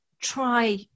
try